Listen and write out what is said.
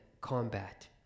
combat